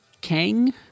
Kang